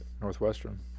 Northwestern